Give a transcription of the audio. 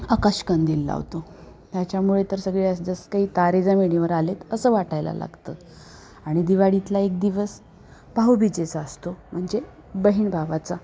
आकाशकंदील लावतो त्याच्यामुळे तर सगळे जसं काही तारे जमिनीवर आले आहेत असं वाटायला लागतं आणि दिवाळीतला एक दिवस भाऊबीजेचा असतो म्हणजे बहीण भावाचा